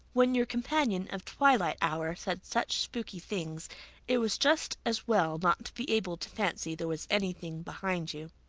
when your companion of twilight hour said such spooky things it was just as well not to be able to fancy there was anything behind you.